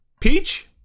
Peach